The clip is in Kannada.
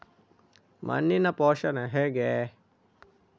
ಮಣ್ಣಿನ ಪೋಷಣೆ ಹೇಗೆ?